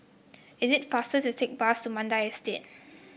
it is faster to take bus to Mandai Estate